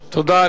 תודה.